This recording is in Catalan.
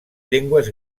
llengües